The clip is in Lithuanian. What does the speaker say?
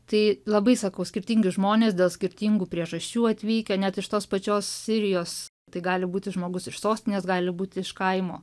tai labai sakau skirtingi žmonės dėl skirtingų priežasčių atvykę net iš tos pačios sirijos tai gali būti žmogus iš sostinės gali būti iš kaimo